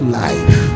life